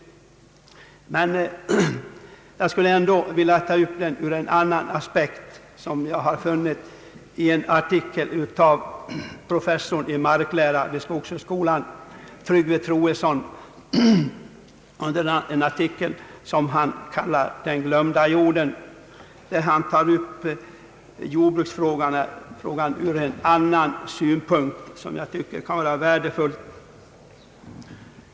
Jag vill ändå ta upp frågan ur en annan aspekt som kommit till uttryck i en artikel av professorn i marklära vid skogshögskolan, Tryggve Troedsson, — »Den glömda jorden» — där han tar upp jordbruksfrågan ur en synpunkt som jag tycker kan vara värdefull.